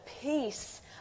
peace